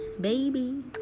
baby